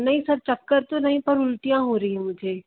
नहीं सर चक्कर तो नहीं पर उल्टियाँ हो रही हैं मुझे